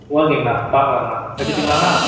ஓகேங்கண்ணா பார்க்கலாங்கண்ணா வைச்சுர்ட்டுங்களாங்கண்ணா